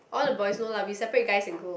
all the boys no lah we separate guys and girl